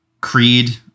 Creed